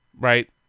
right